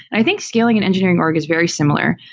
i think, scaling and engineering org is very similar.